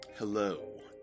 Hello